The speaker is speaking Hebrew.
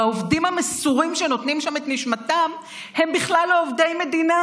והעובדים המסורים שנותנים שם את נשמתם הם בכלל לא עובדי מדינה,